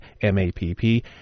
M-A-P-P